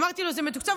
אמרתי לו שזה מתוקצב,